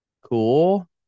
Cool